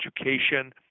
education